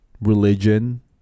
religion